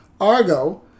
Argo